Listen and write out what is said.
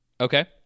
Okay